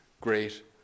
great